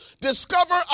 discover